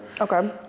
Okay